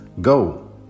Go